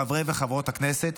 חברי וחברות הכנסת,